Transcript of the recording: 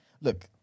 look